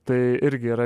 tai irgi yra